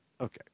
Okay